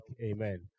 Amen